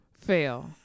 Fail